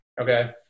Okay